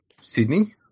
Sydney